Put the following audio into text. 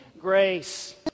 grace